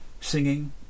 singing